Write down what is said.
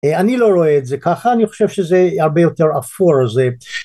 אני לא רואה את זה ככה, אני חושב שזה הרבה יותר אפור, זה...